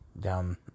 down